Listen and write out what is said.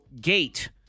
gate